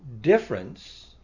difference